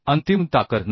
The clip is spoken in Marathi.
अंतिम ताकद नाही